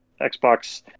Xbox